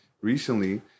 recently